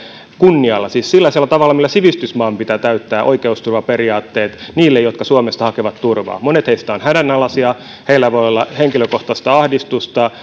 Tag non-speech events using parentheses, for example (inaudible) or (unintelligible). kunnialla siis sellaisella tavalla millä sivistysmaan pitää täyttää oikeusturvaperiaatteet niille jotka suomesta hakevat turvaa monet heistä ovat hädänalaisia heillä voi olla henkilökohtaista ahdistusta (unintelligible)